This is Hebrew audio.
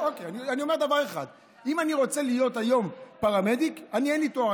אני אומר דבר אחד: אם אני רוצה להיות היום פרמדיק ואין לי תואר,